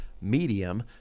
medium